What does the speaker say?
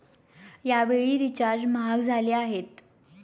यावेळी रिचार्ज महाग झाले आहेत